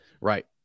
Right